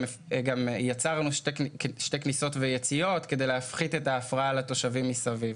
יצרנו שתי כניסות ויציאות כדי להפחית את ההפרעה לתושבים מסביב.